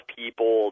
people